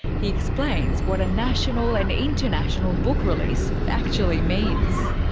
he explains what a national and international book release actually means.